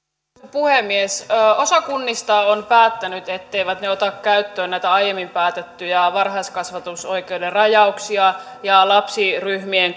puhemies osa kunnista on päättänyt etteivät ne ota käyttöön näitä aiemmin päätettyjä varhaiskasvatusoikeuden rajauksia ja lapsiryhmien